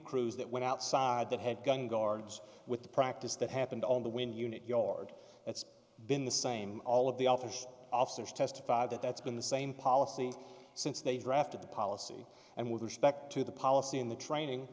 crews that went outside that had gun guards with the practice that happened on the when unit yard it's been the same all of the officers testified that that's been the same policy since they drafted the policy and with respect to the policy in the training